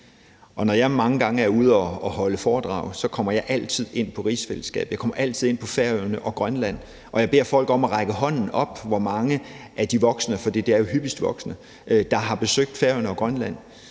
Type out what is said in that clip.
jeg har været mange gange, kommer jeg altid ind på rigsfællesskabet, jeg kommer altid ind på Færøerne og Grønland, og jeg beder folk om at række hånden op for at se, hvor mange voksne der har besøgt Færøerne og Grønland